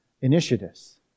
initiatives